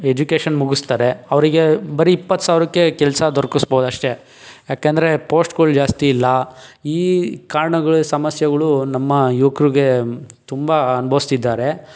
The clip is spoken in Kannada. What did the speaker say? ಎಜುಕೇಶನ್ ಮುಗಿಸ್ತಾರೆ ಅವರಿಗೆ ಬರಿ ಇಪ್ಪತ್ತುಸಾವ್ರಕ್ಕೆ ಕೆಲಸ ದೊರಕಿಸ್ಬೋದು ಅಷ್ಟೇ ಯಾಕೆಂದರೆ ಪೋಶ್ಟ್ಗಳು ಜಾಸ್ತಿ ಇಲ್ಲ ಈ ಕಾರಣಗಳು ಸಮಸ್ಯೆಗಳು ನಮ್ಮ ಯುವಕರಿಗೆ ತುಂಬ ಅನುಭವಿಸ್ತಿದ್ದಾರೆ